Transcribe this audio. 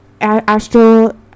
astral